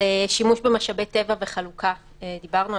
על שימוש במשאבי טבע וחלוקה דיברנו,